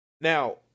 Now